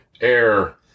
air